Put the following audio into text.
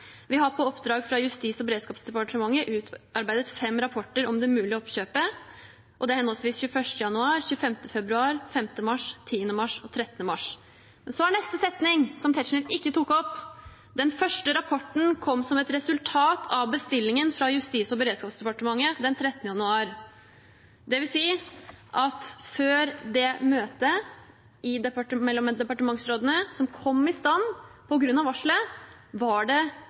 Vi har på oppdrag fra Justis- og beredskapsdepartementet utarbeidet fem rapporter om det mulige oppkjøpet, og det er henholdsvis 21. januar, 25. februar, 5. mars, 10. mars og 13. mars.» Så er neste setning, som Tetzschner ikke tok opp: «Den første rapporten kom som et resultat av bestillingen fra Justis- og beredskapsdepartementet den 13. januar.» Det vil si at før det møtet mellom departementsrådene som kom i stand på grunn av varselet, var det